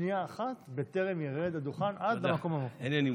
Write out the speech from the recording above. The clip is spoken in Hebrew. תודה רבה.